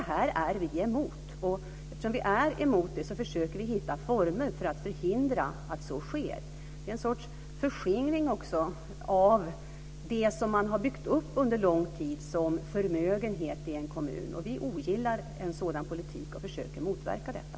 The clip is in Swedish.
Det är vi emot, och eftersom vi är emot det försöker vi hitta former för att förhindra att så sker. Det är också en sorts förskingring av det som en kommun under lång tid har byggt upp som förmögenhet. Vi ogillar en sådan politik och försöker motverka detta.